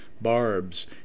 barbs